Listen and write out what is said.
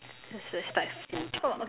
let's just start food